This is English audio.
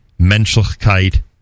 menschlichkeit